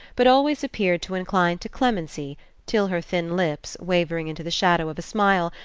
but always appeared to incline to clemency till her thin lips, wavering into the shadow of a smile,